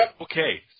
okay